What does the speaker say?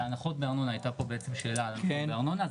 הייתה פה שאלה על ההנחות בארנונה,